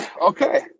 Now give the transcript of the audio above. Okay